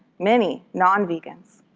many non-vegans,